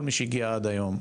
כל מי שהגיע עד היום,